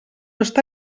està